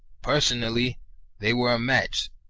personally they were a match,